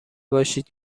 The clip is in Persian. باشید